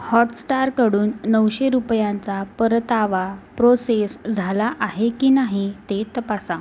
हॉटस्टारकडून नऊशे रुपयांचा परतावा प्रोसेस झाला आहे की नाही ते तपासा